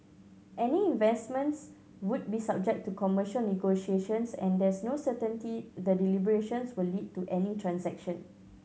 any investments would be subject to commercial negotiations and there's no certainty the deliberations will lead to any transaction